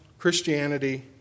Christianity